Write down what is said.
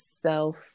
self